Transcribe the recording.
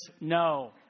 No